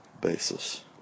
basis